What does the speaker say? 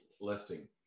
Listing